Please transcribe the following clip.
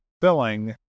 filling